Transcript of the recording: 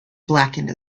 blackened